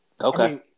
Okay